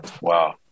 Wow